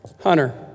Hunter